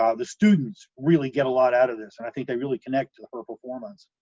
um the students really get a lot out of this, and i think they really connect to her performance.